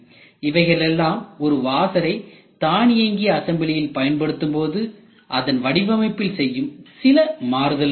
இவைகளெல்லாம் ஒரு வாசரை தானியங்கி அசம்பிளியில் பயன்படுத்தும் போது அதன் வடிவமைப்பில் செய்யும் சில மாறுதல்கள் ஆகும்